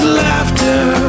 laughter